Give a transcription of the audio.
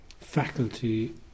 faculty